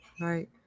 right